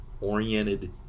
oriented